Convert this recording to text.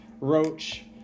Roach